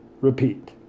repeat